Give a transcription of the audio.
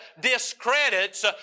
discredits